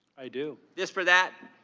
i do. this for that,